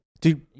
dude